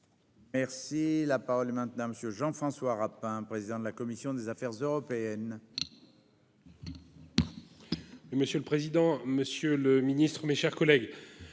Merci la parole est maintenant monsieur Jean-François Rapin, président de la commission des affaires européennes.